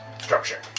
structure